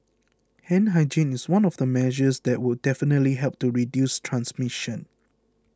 hand hygiene is one of the measures that will definitely help to reduce transmission